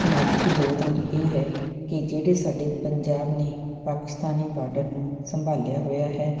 ਸਮਾਜਿਕ ਯੋਗਦਾਨ ਇਹ ਹੈ ਕਿ ਜਿਹੜੇ ਸਾਡੇ ਪੰਜਾਬ ਨੇ ਪਾਕਿਸਤਾਨੀ ਬਾਰਡਰ ਨੂੰ ਸੰਭਾਲਿਆ ਹੋਇਆ ਹੈ